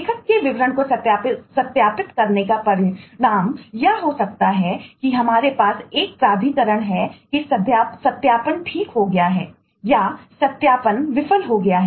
लेखक के विवरण को सत्यापित करने का परिणाम यह हो सकता है कि हमारे पास एक प्राधिकरण है कि सत्यापन ठीक हो गया है या सत्यापन विफल हो गया है